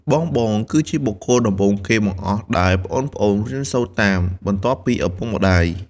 បងៗគឺជាបុគ្គលដំបូងគេបង្អស់ដែលប្អូនៗរៀនសូត្រតាម បន្ទាប់ពីឪពុកម្ដាយ ។